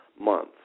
months